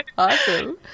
Awesome